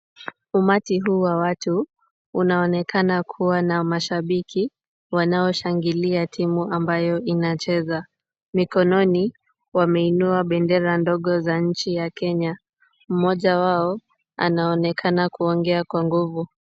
Umati huu wa watu unaonekana kuwa na mashabiki wanaoshangilia timu ambayo inacheza. Mikononi wameinua bendera ndogo za nchi ya Kenya, mmoja wao anaonekana kuongea kwa nguvu.